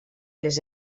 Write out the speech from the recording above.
les